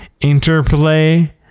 interplay